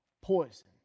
Poison